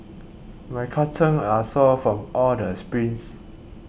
my calves are sore from all the sprints